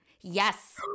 Yes